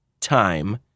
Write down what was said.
time